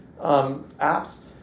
apps